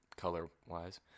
color-wise